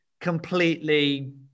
completely